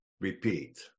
repeat